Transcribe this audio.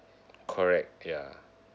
correct ya